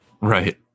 Right